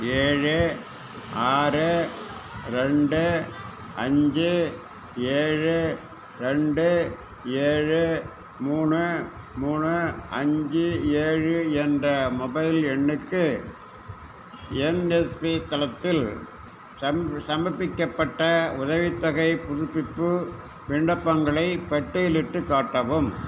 ஏழு ஆறு ரெண்டு அஞ்சு ஏழு ரெண்டு ஏழு மூணு மூணு அஞ்சு ஏழு என்ற மொபைல் எண்ணுக்கு என்எஸ்பி தளத்தில் சம் சமர்ப்பிக்கப்பட்ட உதவித்தொகைப் புதுப்பிப்பு விண்ணப்பங்களைப் பட்டியலிட்டுக் காட்டவும்